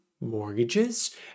mortgages